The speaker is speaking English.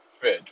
fit